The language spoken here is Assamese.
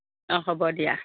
অঁ হ'ব দিয়া